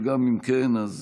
וגם אם כן אז